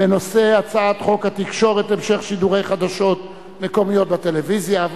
התקשורת (המשך שידורי חדשות מקומיות בטלוויזיה)